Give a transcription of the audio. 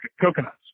coconuts